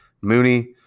Mooney